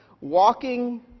walking